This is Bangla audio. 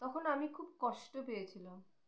তখন আমি খুব কষ্ট পেয়েছিলাম